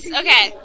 okay